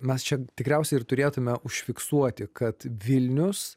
mes čia tikriausiai ir turėtume užfiksuoti kad vilnius